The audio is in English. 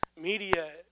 media